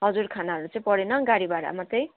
हजुर खानाहरू चाहिँ परेन गाडी भाडा मात्रै